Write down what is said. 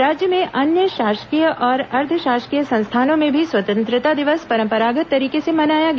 राज्य में अन्य शासकीय और अर्द्व शासकीय संस्थानों में भी स्वतंत्रता दिवस परंपरागत तरीके से मनाया गया